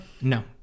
No